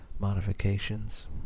modifications